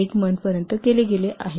8 मंथपर्यंत केले गेले आहेत